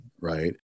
right